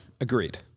Agreed